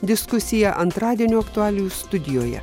diskusija antradienio aktualijų studijoje